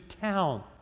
town